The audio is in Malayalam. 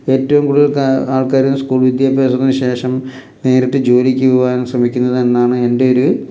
ഏറ്റവും കൂടുതൽ ആൾക്കാരും സ്കൂൾ വിദ്യാഭ്യാസത്തിന് ശേഷം നേരിട്ട് ജോലിക്ക് പോവാൻ ശ്രമിക്കുന്നത് എന്നാണ് എൻ്റെ ഒരു